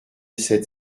sept